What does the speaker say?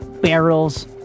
barrels